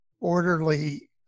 orderly